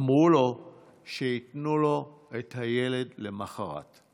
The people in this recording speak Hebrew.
אמרו לו שייתנו לו את הילד למוחרת.